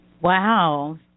Wow